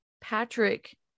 Patrick